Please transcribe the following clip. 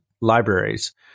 libraries